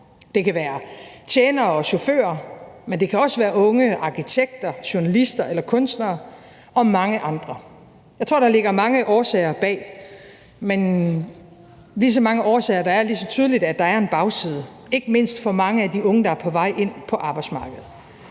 Det kan være tjenere og chauffører, men det kan også være unge arkitekter, journalister eller kunstnere og mange andre. Jeg tror, der ligger mange årsager bag, men lige så mange årsager, der er, lige så tydeligt er det, at der er en bagside, ikke mindst for mange af de unge, der er på vej ind på arbejdsmarkedet.